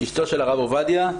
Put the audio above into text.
אשתו של הרב עובדיה.